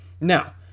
Now